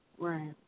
Right